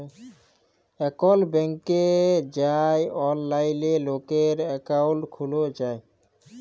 এখল ব্যাংকে যাঁয়ে অললাইলে লকের একাউল্ট খ্যুলা যায়